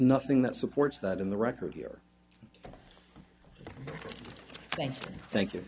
nothing that supports that in the record here thank you thank you